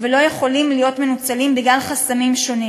ולא יכולים להיות מנוצלים בגלל חסמים שונים.